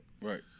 Right